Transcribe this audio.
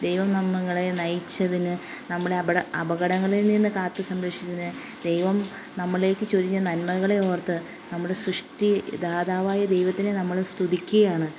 ദൈവം നന്നുങ്ങളെ നയിച്ചതിന് നമ്മളെ അപട അപകടങ്ങളിൽ നിന്ന് കാത്തു സംരക്ഷിച്ചതിന് ദൈവം നമ്മളിലേക്ക് ചൊരിഞ്ഞ നന്മകളെ ഓർത്ത് നമ്മൾ സൃഷ്ടി ദാതാവായ ദൈവത്തിനെ നമ്മൾ സ്തുതിക്കുകയാണ്